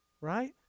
Right